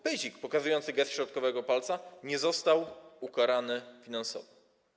Pyzik wykonujący gest środkowym palcem nie został ukarany finansowo?